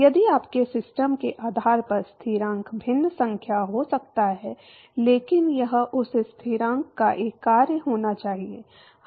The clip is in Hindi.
यदि आपके सिस्टम के आधार पर स्थिरांक भिन्न संख्या हो सकता है लेकिन यह उस स्थिरांक का एक कार्य होना चाहिए